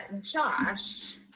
Josh